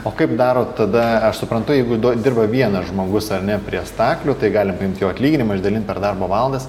o kaip darot tada aš suprantu jeigu dirba vienas žmogus ar ne prie staklių tai galim paimt jo atlyginimą išdalint per darbo valandas